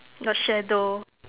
the shadow